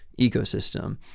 ecosystem